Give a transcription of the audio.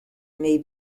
may